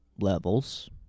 levels